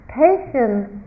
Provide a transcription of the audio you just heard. patience